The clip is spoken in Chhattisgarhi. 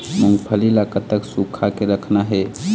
मूंगफली ला कतक सूखा के रखना हे?